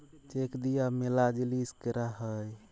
check দিয়া ম্যালা জিলিস ক্যরা হ্যয়ে